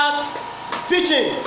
teaching